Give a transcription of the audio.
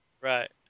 Right